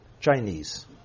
Chinese